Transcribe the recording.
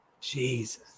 Jesus